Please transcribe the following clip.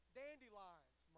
dandelions